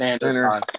Center